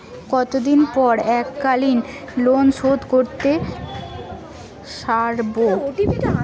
কতদিন পর এককালিন লোনশোধ করতে সারব?